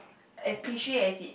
as cliche as it